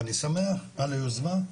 אני שמח על היוזמה,